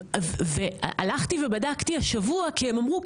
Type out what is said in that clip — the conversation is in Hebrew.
הלכתי ובדקתי השבוע כי הם אמרו,